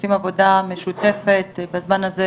עושים עבודה משותפת בזמן הזה,